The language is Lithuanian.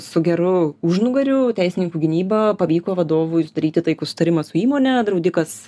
su geru užnugariu teisininkų gynyba pavyko vadovui sudaryti taikų sutarimą su įmone draudikas